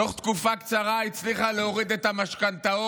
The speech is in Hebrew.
תוך תקופה קצרה, הצליחה להוריד את המשכנתאות